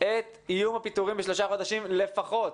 את איום הפיטורים בשלושה חודשים לפחות,